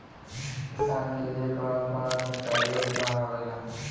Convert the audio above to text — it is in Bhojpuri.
किसान के लिए कवन कवन सरकारी योजना आवेला?